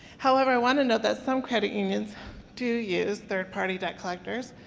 however, i want to note that some credit unions do use third-party debt collectors.